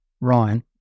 Ryan